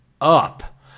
up